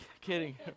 kidding